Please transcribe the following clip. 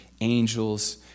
angels